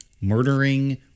murdering